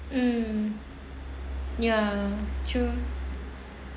mm ya true